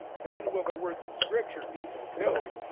then will the words of scripture be fulfilled,